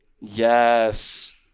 Yes